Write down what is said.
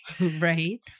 Right